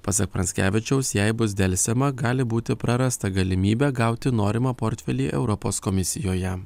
pasak pranckevičiaus jei bus delsiama gali būti prarasta galimybė gauti norimą portfelį europos komisijoje